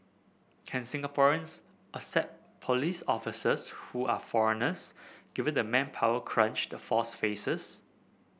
can Singaporeans accept police officers who are foreigners given the manpower crunch the force faces